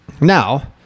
Now